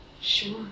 sure